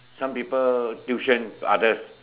some people tuition others